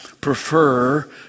prefer